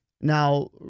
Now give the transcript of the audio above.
Now